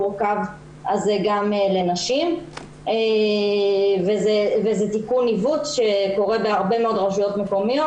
הקו הזה גם לנשים וזה תיקון עיוות שקורה בהרבה מאוד רשויות מקומיות.